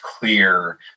clear